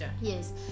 yes